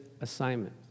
assignment